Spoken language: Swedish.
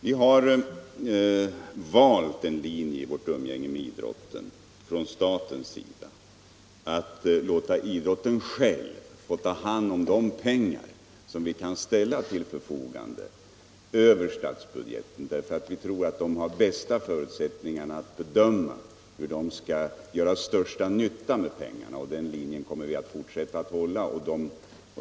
Vi har från statens sida i vårt umgänge med idrotten valt linjen att låta idrotten själv ta hand om de pengar vi kan ställa till förfogande över statsbudgeten. Vi tror att idrottens folk själva har de bästa förutsättningarna att bedöma var pengarna gör den största nyttan. Den linjen kommer vi att fortsätta på.